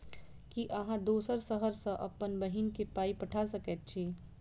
की अहाँ दोसर शहर सँ अप्पन बहिन केँ पाई पठा सकैत छी?